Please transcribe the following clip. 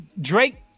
Drake